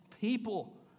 people